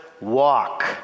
walk